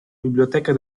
biblioteca